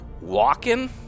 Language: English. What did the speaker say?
Walking